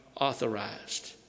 authorized